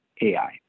AI